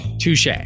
Touche